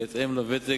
בהתאם לוותק,